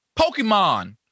Pokemon